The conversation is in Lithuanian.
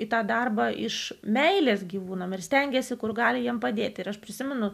į tą darbą iš meilės gyvūnams ir stengėsi kur gali jiems padėti ir aš prisimenu